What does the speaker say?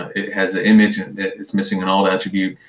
it has an image and that it's missing alt attribute,